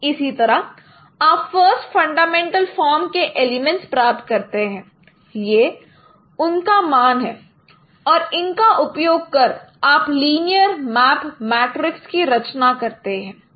इसी तरह आप फ़र्स्ट फंडामेंटल फॉर्म के एलिमेंट्स प्राप्त करते हैं यह उनका मान है और इनका उपयोग कर आप लीनियर मैप मैट्रिक्स की रचना करते हैं